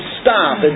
stop